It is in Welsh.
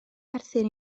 perthyn